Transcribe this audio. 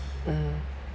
mm